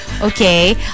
Okay